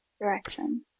direction